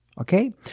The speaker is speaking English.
okay